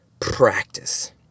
practice